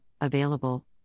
available